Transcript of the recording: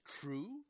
true